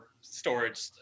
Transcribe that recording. storage